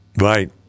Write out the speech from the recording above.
Right